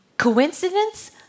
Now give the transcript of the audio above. coincidence